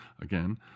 again